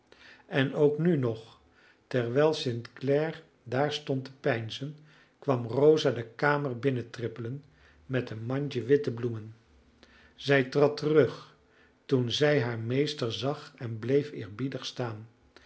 en ook nu nog terwijl st clare daar stond te peinzen kwam rosa de kamer binnentrippelen met een mandje witte bloemen zij trad terug toen zij haar meester zag en bleef eerbiedig staan